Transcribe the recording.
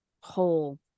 whole